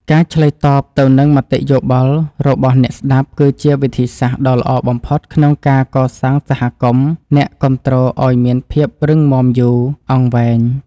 ការឆ្លើយតបទៅនឹងមតិយោបល់របស់អ្នកស្តាប់គឺជាវិធីសាស្ត្រដ៏ល្អបំផុតក្នុងការកសាងសហគមន៍អ្នកគាំទ្រឱ្យមានភាពរឹងមាំយូរអង្វែង។